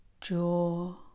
Jaw